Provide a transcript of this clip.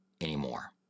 anymore